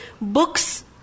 books